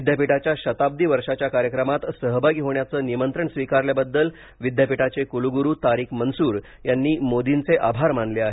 विद्यापीठाच्या शताब्दी वर्षाच्या कार्यक्रमात सहभागी होण्याचं निमंत्रण स्वीकारल्याबद्दल विद्यापीठाचे कुलगुरू तारिक मन्सूर यांनी मोर्दीचे आभार मानले आहेत